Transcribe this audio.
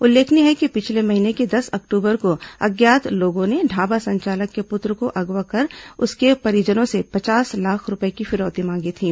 उल्लेखनीय है कि पिछले महीने की दस अक्टूबर को अज्ञात लोगों ने ढाबा संचालक के पुत्र को अगवा कर उसके परिजनों से पचास लाख रूपए की फिरौती मांगी थी